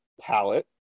Palette